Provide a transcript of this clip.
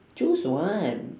choose one